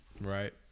Right